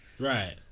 Right